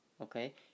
Okay